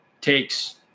takes